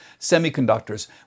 semiconductors